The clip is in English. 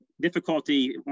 difficulty